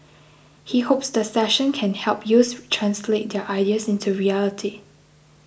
he hopes the session can help youths translate their ideas into reality